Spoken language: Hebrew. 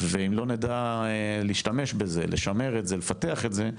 ואם לא נדע להשתמש בזה לשמר את זה, לפתח את זה,